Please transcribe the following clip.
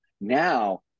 now